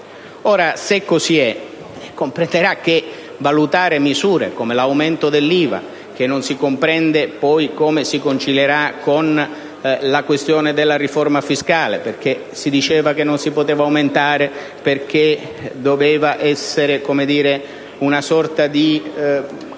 Ora, se così è, comprenderà che valutare misure come l'aumento dell'IVA (che non si comprende come si concilierà con la questione della riforma fiscale, perché si diceva che non si poteva aumentare perché doveva essere una sorta di